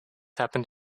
happened